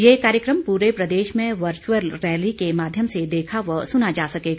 यह कार्यक्रम पूरे प्रदेश में वर्च्अल रैली के माध्यम से देखा व सुना जा सकेगा